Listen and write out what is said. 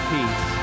Peace